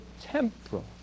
temporal